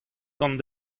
gant